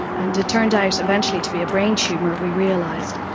and it turned out eventually to be a brain tumour we realised.